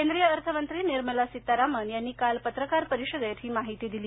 केंद्रीय अर्थमंत्री निर्मला सीतारामन यांनी काल पत्रकार परिषदेत ही माहिती दिली